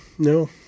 No